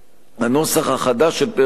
הנוסח החדש של פרק הוועדות,